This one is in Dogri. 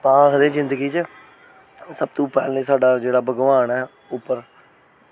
तां आक्खदे जिंदगी च सब तू पैह्लें जेह्ड़ा साढ़ा भगवान ऐ उप्पर